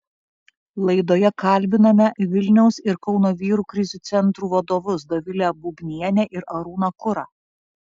laidoje kalbiname vilniaus ir kauno vyrų krizių centrų vadovus dovilę bubnienę ir arūną kurą